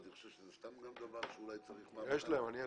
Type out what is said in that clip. אני חושב שזה סתם דבר שאולי צריך פעם אחת לפתור.